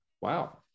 Wow